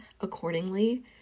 accordingly